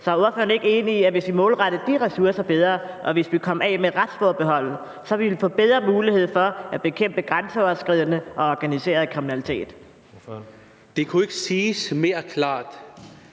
Så er ordføreren ikke enig i, at hvis vi målrettede de ressourcer, og hvis vi kom af med retsforbeholdet, ville vi få bedre mulighed for at bekæmpe grænseoverskridende og organiseret kriminalitet? Kl. 13:26 Tredje næstformand